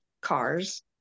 cars